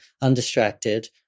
undistracted